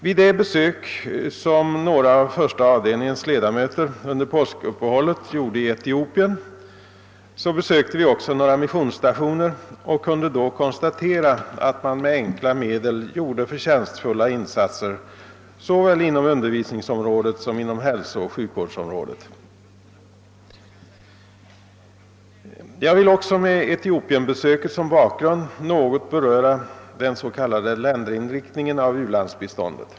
Vid det besök som några av första avdelningens ledamöter under påskuppehållet gjorde i Etiopien besöktes också några missionsstationer och man kunde då konstatera att med enkla medel förtjänstfulla insatser gjordes såväl inom undervisningsområdet som inom hälsooch sjukvårdsområdet. Jag vill också med Etiopienbesöket som bakgrund något beröra den s.k. länderinriktningen av u-landsbiståndet.